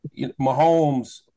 Mahomes